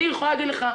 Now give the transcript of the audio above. אני יכולה להגיד לך,